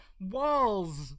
walls